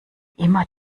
immer